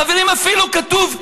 חברים, אפילו כתוב: